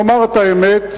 נאמר את האמת,